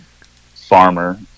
farmer